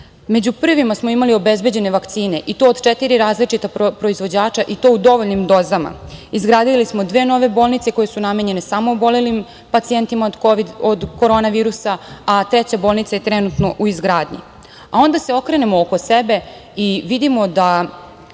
prvima smo imali obezbeđene vakcine i to od četiri različita proizvođača i to u dovoljnim dozama, izgradili smo dve nove bolnice koje su namenjene samo obolelim pacijentima od korona virusa, a treća bolnica je trenutno u izgradnji. Onda se okrenemo oko sebe i vidimo da